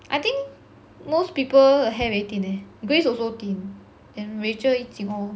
I think most people hair very thin eh grace also thin and rachel